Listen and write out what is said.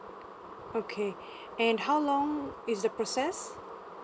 okay and how long is the process